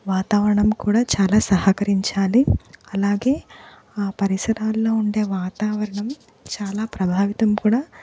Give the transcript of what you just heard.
వాతావరణం కూడా చాలా సహకరించాలి అలాగే ఆ పరిసరాల్లో ఉండే వాతావరణం చాలా ప్రభావితం కూడా